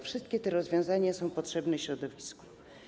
Wszystkie te rozwiązania są potrzebne środowisku.